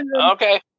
Okay